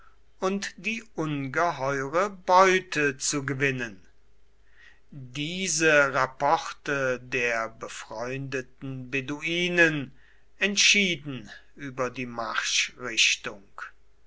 und die ungeheure beute zu gewinnen diese rapporte der befreundeten beduinen entschieden über die marschrichtung